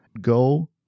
go